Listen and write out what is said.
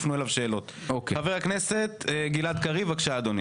חבר הכנסת גלעד קריב, בבקשה.